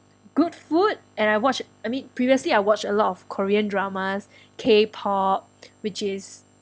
good food and I watch I mean previously I watch a lot of korean dramas K pop which is